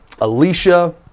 Alicia